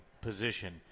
position